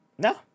No